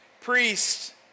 priest